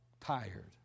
tired